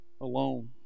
alone